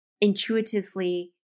intuitively